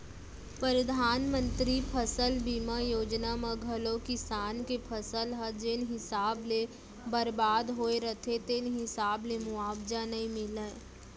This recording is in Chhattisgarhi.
परधानमंतरी फसल बीमा योजना म घलौ किसान के फसल ह जेन हिसाब ले बरबाद होय रथे तेन हिसाब ले मुवावजा नइ मिलय